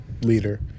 leader